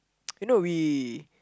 you know we